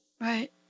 Right